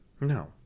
No